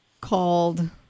called